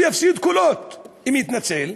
הוא יפסיד קולות אם יתנצל.